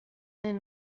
den